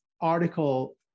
article